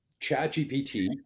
ChatGPT